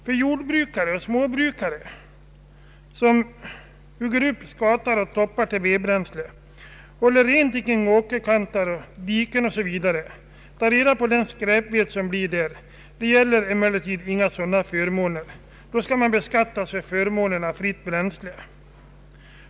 För den jordbrukare eller småbrukare som hugger upp skatar och toppar till vedbränsle, håller rent kring åkerkanter och diken och tar reda på den skräpved som blir — där gäller emellertid inga sådana förmåner. Han skall i stället beskattas för förmånen av fritt bränsle.